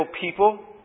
people